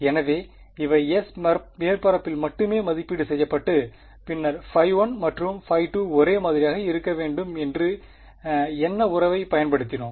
எனவே இவை S மேற்பரப்பில் மட்டுமே மதிப்பீடு செய்யப்பட்டு பின்னர்1 மற்றும்2 ஒரே மாதிரியாக இருக்க வேண்டும் என்று என்ன உறவைப் பயன்படுத்தினோம்